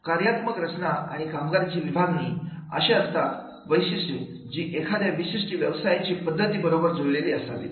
कार्यात्मक रचना आणि कामगारांची विभागणी अशी असतात वैशिष्ट्ये जी एखाद्या विशिष्ट व्यवसायाच्या पद्धतीं बरोबर जुळलेली असावीत